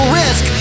risk